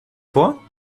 vor